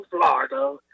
Florida